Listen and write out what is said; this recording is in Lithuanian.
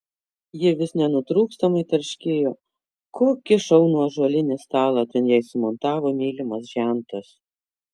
ji vis nenutrūkstamai tarškėjo kokį šaunų ąžuolinį stalą ten jai sumontavo mylimas žentas